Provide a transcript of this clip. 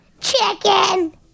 chicken